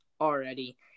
already